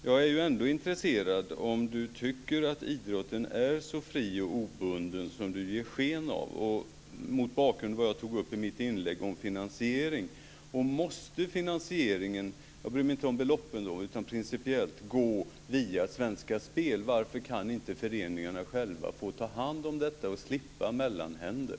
Jag är intresserad av om Lars Wegendal anser att idrotten är så fri och obunden som han ger sken av. Måste finansieringen - jag bryr mig inte om beloppen, utan det gäller rent principiellt - gå via Svenska Spel. Varför kan inte föreningarna själva få ta hand om detta och slippa mellanhänder?